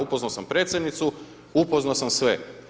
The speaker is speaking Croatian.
Upoznao sam Predsjednicu, upoznao sam sve.